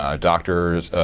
ah doctors,